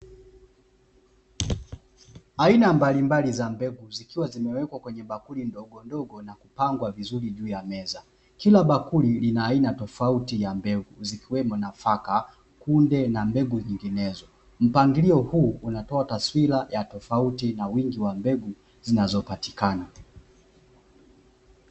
Aina mbalimbali za mbegu zikiwa zimewekwa kwenye bakuli ndogondogo na kupangwa vizuri juu ya meza, kila bakuli lina aina tofauti ya mbegu zikiwemo nafaka, kunde na mbegu nyinginezo. Mpangilio huu unatoa taswira ya tofauti na wingi wa mbegu zinazopatikana.